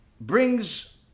brings